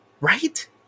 right